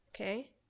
Okay